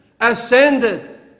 ascended